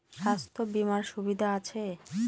স্বাস্থ্য বিমার সুবিধা আছে?